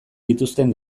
dituzten